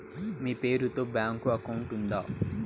మీ పేరు తో bank account ఉందా?